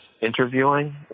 interviewing